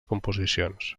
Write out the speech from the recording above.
composicions